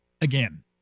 again